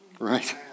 right